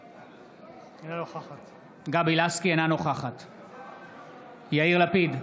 אינה נוכחת יאיר לפיד,